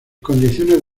condiciones